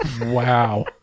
Wow